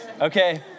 Okay